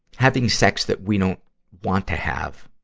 having sex that we don't want to have,